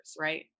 right